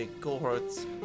cohorts